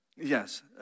yes